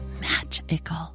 magical